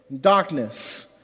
darkness